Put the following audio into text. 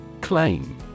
Claim